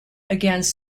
against